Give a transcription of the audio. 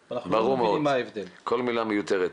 ברור מאוד, כל מילה מיותרת.